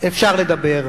אפשר לדבר.